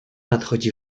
nadchodzi